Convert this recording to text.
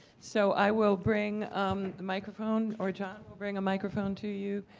so i will bring um the microphone, or john will bring a microphone to you.